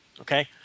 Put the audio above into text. Okay